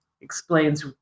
explains